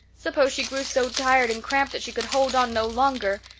suppose she grew so tired and cramped that she could hold on no longer!